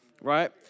right